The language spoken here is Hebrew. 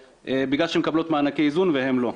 בגלל שהן מקבלו מענקי איזון והן לא.